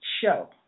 show